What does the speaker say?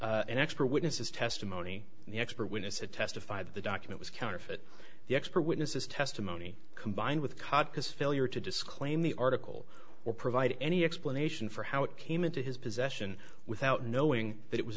and expert witnesses testimony the expert witness had testified the document was counterfeit the expert witnesses testimony combined with caucus failure to disclaim the article or provide any explanation for how it came into his possession without knowing that it was